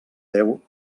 deu